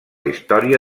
història